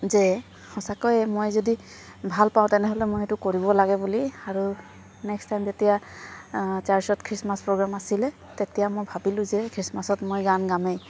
যে সঁচাকৈ মই যদি ভাল পাওঁ তেনেহ'লে মই সেইটো কৰিব লাগে বুলি আৰু নেক্সট টাইম যেতিয়া চাৰ্চত খ্ৰীষ্টমাছ প্ৰগ্ৰেম আছিলে তেতিয়া মই ভাবিলোঁ যে খ্ৰীষ্টমাছত মই গান গামেই